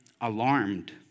alarmed